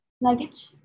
Luggage